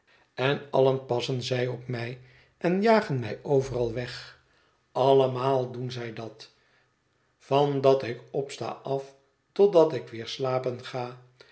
en allen passen zij op mij en jagen mij overal weg allemaal doen zij dat van dat ik opsta af totdat ik weer slapen ga